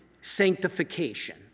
sanctification